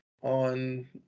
On